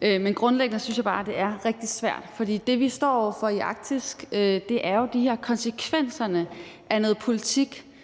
Men grundlæggende synes jeg bare, det er rigtig svært. For det, vi står over for i Arktis, er jo konsekvenserne af noget politik,